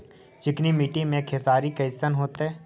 चिकनकी मट्टी मे खेसारी कैसन होतै?